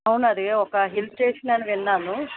అవును అది ఒక హిల్ స్టేషన్ అని విన్నాను